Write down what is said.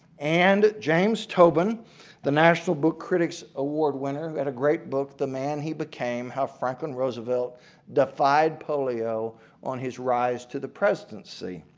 and james tobin the national book critics award winner wrote and a great book the man he became how franklin roosevelt defied polio on his rise to the presidency.